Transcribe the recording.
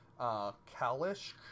Kalish